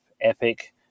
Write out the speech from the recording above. Epic